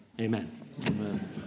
Amen